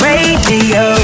Radio